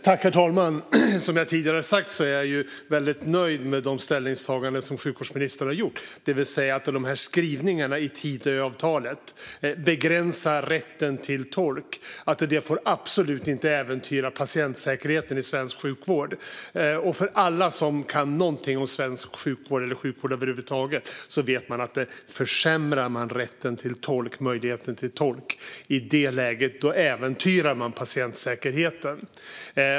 Herr talman! Som jag har sagt tidigare är jag väldigt nöjd med de ställningstaganden som sjukvårdsministern har gjort, det vill säga att skrivningarna i Tidöavtalet om att begränsa rätten till tolk absolut inte får äventyra patientsäkerheten i svensk sjukvård. Alla som kan någonting om svensk sjukvård eller sjukvård över huvud taget vet att om man försämrar rätten och möjligheten till tolk äventyrar man patientsäkerheten.